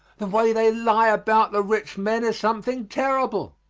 the way they lie about the rich men is something terrible,